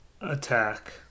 attack